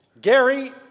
Gary